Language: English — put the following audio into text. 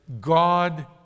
God